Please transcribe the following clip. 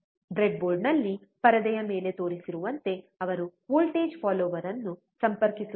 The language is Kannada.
ಬ್ರೆಡ್ಬೋರ್ಡ್ನಲ್ಲಿ ಪರದೆಯ ಮೇಲೆ ತೋರಿಸಿರುವಂತೆ ಅವರು ವೋಲ್ಟೇಜ್ ಫಾಲ್ಲೋರ್ ಅನ್ನು ಸಂಪರ್ಕಿಸುತ್ತಾರೆ